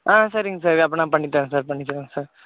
ஆ சரிங்க சார் அப்போனா நான் பண்ணித்தரேன் சார் பண்ணித்தரேன் சார்